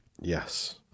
Yes